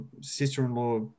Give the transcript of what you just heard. sister-in-law